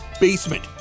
BASEMENT